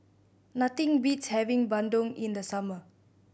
nothing beats having bandung in the summer